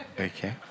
Okay